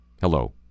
Hello